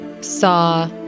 saw